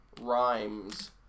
rhymes